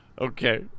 Okay